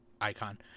icon